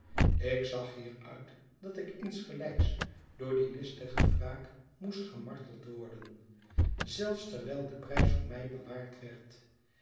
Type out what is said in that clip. ik zag hieruit dat ik insgelijks door die listige wraak moest gemarteld worden zelfs terwijl de prijs voor mij bewaard werd